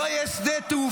לא יהיה שדה תעופה.